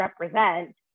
represent